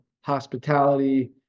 hospitality